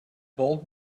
bold